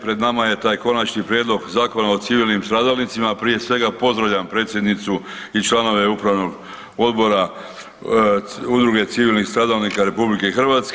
Pred nama je taj Konačni prijedlog Zakona o civilnim stradalnicima, prije svega pozdravljam predsjednicu i članove Upravnog odbora Udruge civilnih stradalnika RH.